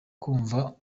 kumva